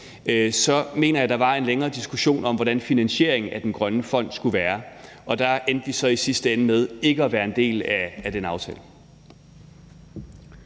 Jeg mener, der var en længere diskussion om, hvordan finansieringen af den grønne fond skulle være, og der endte vi så i sidste ende med ikke at være en del af den aftale.